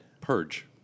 Purge